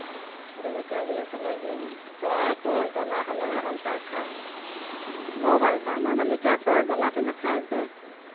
জলকীয়া গুড়ি অকমাণ দিওঁ ল'ৰাই আকৌ জ্বলা হ'লেহে ভাল পায় খাই মইও ভাল পাওঁ আমাৰ মালিকে আকৌ জ্বলাটো নাখায় যে